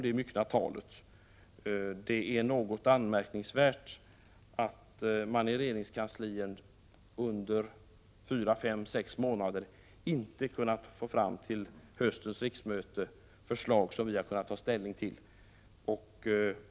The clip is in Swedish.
Det är anmärkningsvärt att man i regeringskansliet på fyra till sex månader inte har kunnat få fram till höstens riksmöte förslag som riksdagen har kunnat ta ställning till.